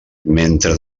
mentre